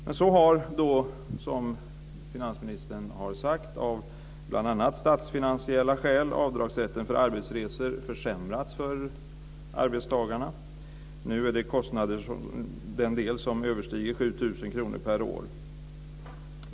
Men avdragsrätten för arbetsresor har, som finansministern har sagt, försämrats för arbetstagarna av bl.a. statsfinansiella skäl. Nu handlar det om kostnader som överstiger 7 000 kr per år.